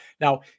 Now